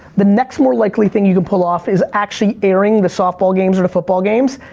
the next more likely thing you can pull off is actually airing the softball games, or the football games.